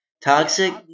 Toxic